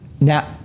Now